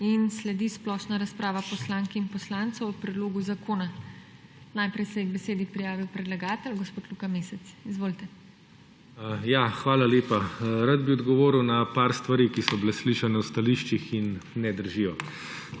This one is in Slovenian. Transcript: in sledi splošna razprava poslank in poslancev o predlogu zakona. Najprej se je k besedi prijavil predlagatelj gospod Luka Mesec. Izvolite. LUKA MESEC (PS Levica): Ja, hvala lepa. Rad bi odgovoril na par stvari, ki so bile slišane v stališčih in ne držijo.